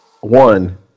One